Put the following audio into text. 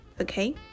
Okay